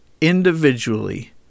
individually